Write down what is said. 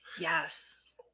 yes